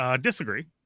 Disagree